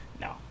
no